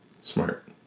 Smart